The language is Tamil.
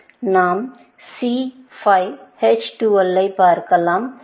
நாம் C5 H12 ஐப் பார்க்கலாம்